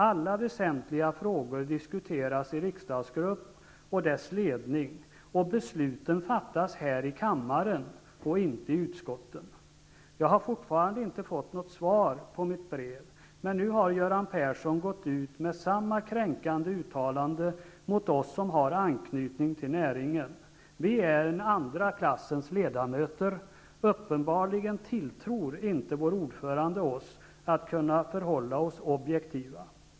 Alla väsentliga frågor diskuteras i riksdagsgrupp och dess ledning, och besluten fattas här i kammaren och inte i utskotten. Jag har fortfarande inte fått något svar på mitt brev. Men nu har Göran Persson gått ut med samma kränkande uttalanden mot oss som har anknytning till näringen. Vi är en andra klassens ledamöter. Uppenbarligen tilltror inte vår ordförande oss att kunna förhålla oss objektiva.